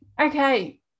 Okay